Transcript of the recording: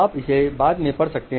आप इसे बाद में पढ़ सकते हैं